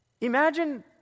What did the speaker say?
Imagine